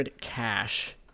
cash